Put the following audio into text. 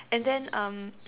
and then um